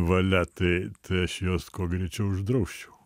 valia tai tai aš juos kuo greičiau uždrausčiau